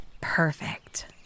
Perfect